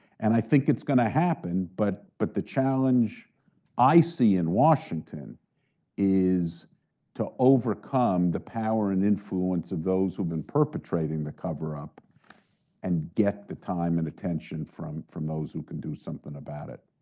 and i think it's going to happen, but but the challenge i see in washington is to overcome the power and influence of those who have been perpetrating the cover-up and get the time and attention from from those who can do something about it.